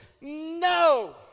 No